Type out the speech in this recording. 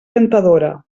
ventadora